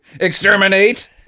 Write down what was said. Exterminate